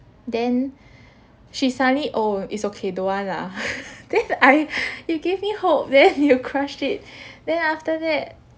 then she suddenly oh it's okay don't want lah then I you give me hope then you crushed it then after that